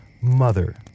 Mother